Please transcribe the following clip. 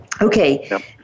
Okay